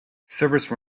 service